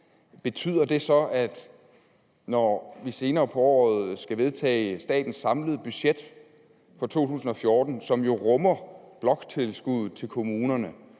betyder det så, at når vi senere på året skal vedtage statens samlede budget for 2014, som jo rummer bloktilskuddet til kommunerne,